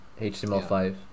HTML5